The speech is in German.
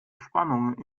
spannung